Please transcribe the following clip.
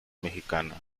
mexicana